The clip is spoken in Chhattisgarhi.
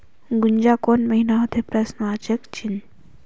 गुनजा कोन महीना होथे?